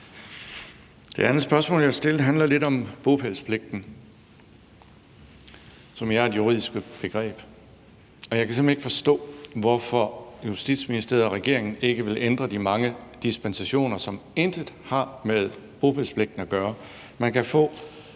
Det andet spørgsmål, jeg vil stille, handler lidt om bopælspligten, som er et juridisk begreb. Jeg kan simpelt hen ikke forstå, hvorfor Justitsministeriet og regeringen ikke vil ændre de mange dispensationer, som intet har med bopælspligten at gøre. Man kan få